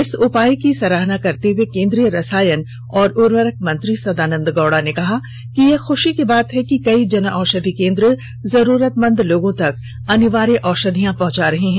इस उपाय की सराहना करते हुए केन्द्रीय रसायन और उर्वरक मंत्री सदानंद गौडा ने कहा कि यह खुशी की बात है कि कई जन औषधि केन्द्र जरूरतमंद लोगों तक अनिवार्य औषधियां पहुंचा रहे हैं